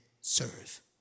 serve